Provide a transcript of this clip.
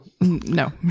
no